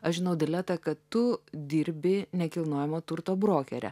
aš žinau dileta kad tu dirbi nekilnojamo turto brokere